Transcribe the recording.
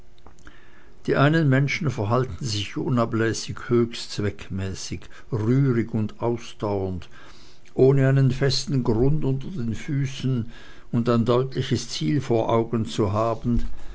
die einen menschen verhalten sich unablässig höchst zweckmäßig rührig und ausdauernd ohne einen festen grund unter den füßen und ein deutliches ziel vor augen zu haben